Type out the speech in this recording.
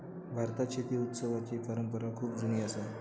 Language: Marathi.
भारतात शेती उत्सवाची परंपरा खूप जुनी असा